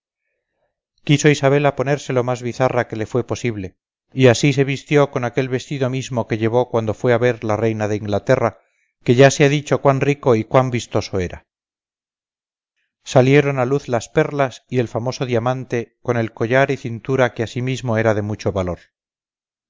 quiso isabela ponerse lo más bizarra que le fue posible y así se vistió con aquel vestido mismo que llevó cuando fue a ver la reina de inglaterra que ya se ha dicho cuán rico y cuán vistoso era salieron a luz las perlas y el famoso diamante con el collar y cintura que asimismo era de mucho valor